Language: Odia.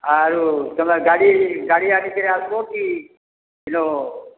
ଆରୁ ତମେ ଗାଡ଼ି ଗାଡ଼ି ଆଣିକରି ଆସ୍ବ କି ଇନୁ